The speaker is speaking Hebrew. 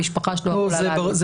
המשפחה יכולה לעלות.